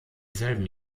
selben